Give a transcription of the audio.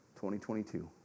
2022